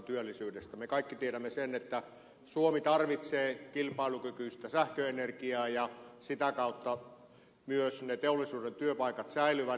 me kaikki tiedämme sen että suomi tarvitsee kilpailukykyistä sähköenergiaa ja sitä kautta myös ne teollisuuden työpaikat säilyvät